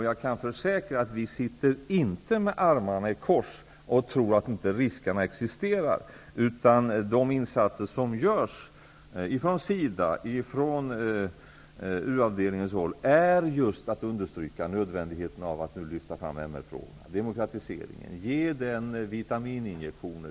Jag kan försäkra att vi inte sitter med armarna i kors och tror att riskerna inte existerar. De insatser som görs av SIDA och Utrikesdepartementets u-avdelning understryker just nödvändigheten av att nu lyfta fram MR-frågorna och ge demokratiseringen vitamininjektioner.